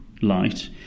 light